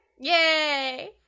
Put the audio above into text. Yay